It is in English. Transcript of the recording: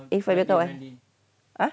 uh